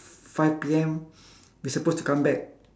five P_M we supposed to come back